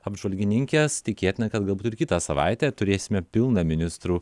apžvalgininkės tikėtina kad galbūt ir kitą savaitę turėsime pilną ministrų